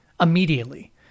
immediately